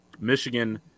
michigan